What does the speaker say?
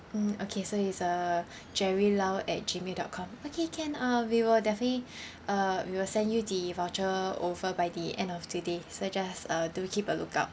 mm okay so it's uh jerry lao at Gmail dot com okay can uh we will definitely uh we will send you the voucher over by the end of today so just uh do keep a lookout